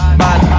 bad